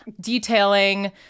detailing